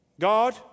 God